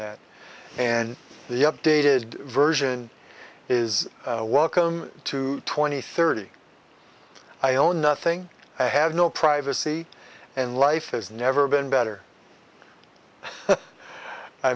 that and the updated version is what come to twenty thirty i own nothing i have no privacy and life has never been better i